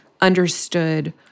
understood